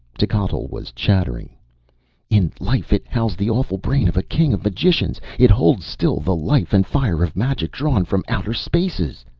techotl was chattering in life it housed the awful brain of a king of magicians! it holds still the life and fire of magic drawn from outer spaces!